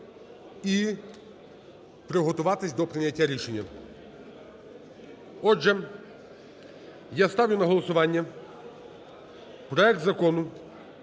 і приготуватися до прийняття рішення. Отже, я ставлю на голосування проект Закону